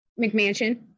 McMansion